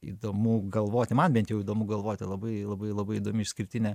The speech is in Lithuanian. įdomu galvoti man bent jau įdomu galvoti labai labai labai įdomi išskirtinė